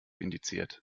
indiziert